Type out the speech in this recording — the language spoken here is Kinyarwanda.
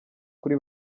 kuri